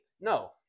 No